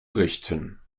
richten